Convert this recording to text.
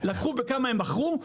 לקחו בכמה הם מכרו,